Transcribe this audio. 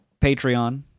Patreon